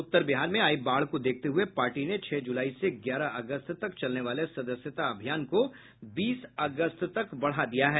उत्तर बिहार में आयी बाढ़ को देखते हुए पार्टी ने छह जुलाई से ग्यारह अगस्त तक चलने वाले सदस्यता अभियान को बीस अगस्त तक बढ़ा दिया है